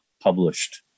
published